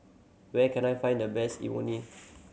where can I find the best Imoni